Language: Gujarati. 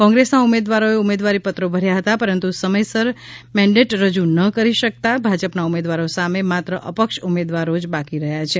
કોંગ્રેસના ઉમેદવારોએ ઉમેદવારીપત્રો ભર્યા હતા પરંતુ સમયસર મેન્ડેટ રજુ ન કરી શકતા ભાજપના ઉમેદવારો સામે માત્ર અપક્ષ ઉમેદવારો જ બાકી રહ્યા છે